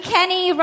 Kenny